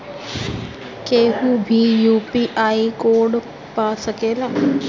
केहू भी UPI code पा सकेला?